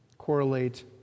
correlate